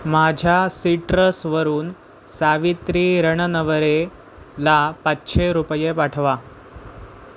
माझ्या सिट्रसवरून सावित्री रणनवरेला पाचशे रुपये पाठवा